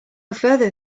further